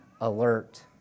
alert